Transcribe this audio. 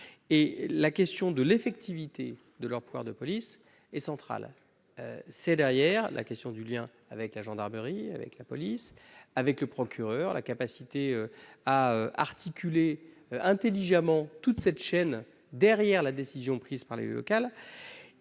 la question de l'effectivité de leur pouvoir de police et centrale, c'est derrière la question du lien avec la gendarmerie avec la police, avec le procureur, la capacité à articuler intelligemment toute cette chaîne derrière la décision prise par les local